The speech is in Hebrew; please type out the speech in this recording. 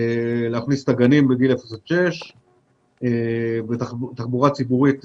להכניס את הגנים בגילאי 0-6; תחבורה ציבורית